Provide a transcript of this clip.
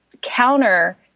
counter